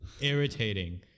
Irritating